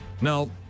No